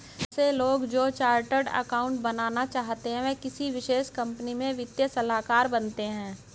ऐसे लोग जो चार्टर्ड अकाउन्टन्ट बनना चाहते है वो किसी विशेष कंपनी में वित्तीय सलाहकार बनते हैं